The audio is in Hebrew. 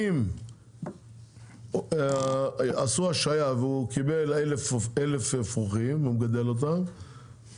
אם עשו השהייה והוא קיבל 1,000 אפרוחים והוא מגדל אותם,